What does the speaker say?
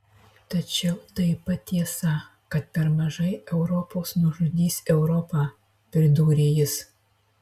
tačiau taip pat tiesa kad per mažai europos nužudys europą pridūrė jis